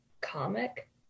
comic